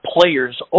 players